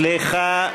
סליחה.